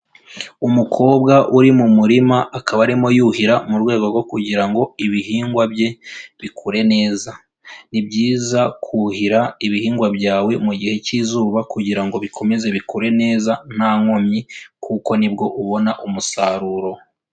Umukobwa uri mu murima akaba arimo yuhira mu rwego rwo kugira ngo ibihingwa bye bikure neza, ni byiza kuhira ibihingwa byawe mu gihe cy'izuba kugira ngo bikomeze bikure neza nta nkomyi kuko ni bwo ubona umusaruro.